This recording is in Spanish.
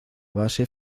base